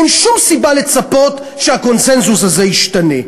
אין שום סיבה לצפות שהקונסנזוס הזה ישתנה.